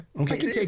okay